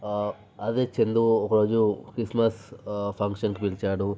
అదే చందు ఒక రోజు క్రిస్ట్మస్ ఫంక్షన్కి పిలిచాడు